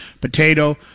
Potato